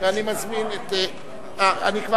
אני מזמין את חבר